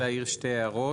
אני רוצה להעיר שתי הערות.